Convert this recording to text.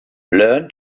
learn